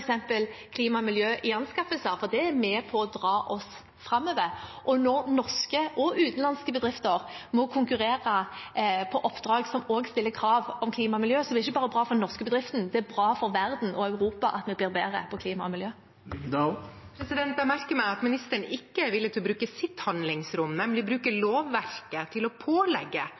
klima og miljø i anskaffelser, for det er med på å dra oss framover. Når norske og utenlandske bedrifter må konkurrere om oppdrag som også stiller krav om klima og miljø, er det ikke bare bra for den norske bedriften, det er bra for verden og Europa at vi blir bedre på klima og miljø. Jeg merker meg at ministeren ikke er villig til å bruke sitt handlingsrom, nemlig å bruke lovverket til å pålegge